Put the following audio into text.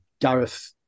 Gareth